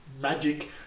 magic